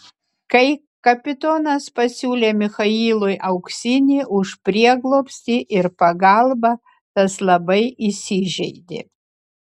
kai kapitonas pasiūlė michailui auksinį už prieglobstį ir pagalbą tas labai įsižeidė